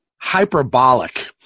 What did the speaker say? hyperbolic